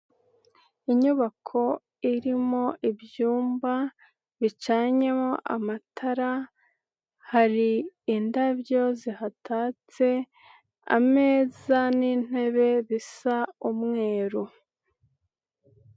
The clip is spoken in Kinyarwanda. Inyubako irimo ibyumba bicanyemo amatara, hari indabyo zihatatse, ameza n'intebe bisa umweru.